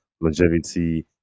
longevity